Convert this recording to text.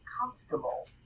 comfortable